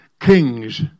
kings